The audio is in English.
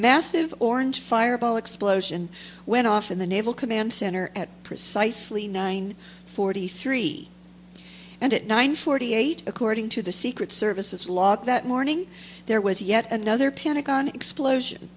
massive orange fireball explosion went off in the naval command center at precisely nine forty three and at nine forty eight according to the secret services log that morning there was yet another pentagon explosion